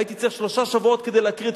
הייתי צריך שלושה שבועות כדי להקריא את